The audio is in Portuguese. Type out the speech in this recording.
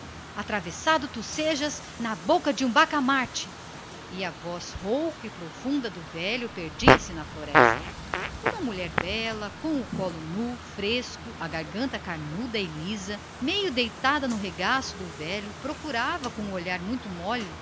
atravessado tu sejas na boca de um bacamarte e a voz rouca e profunda do ancião perdia-se na floresta meio deitada nas pernas dele cingindo lhe a cintura uma mulher bela o colo nu e fresco a garganta lisa e carnuda procurava com o olhar muito mole